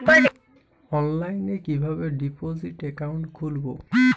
অনলাইনে কিভাবে deposit account খুলবো?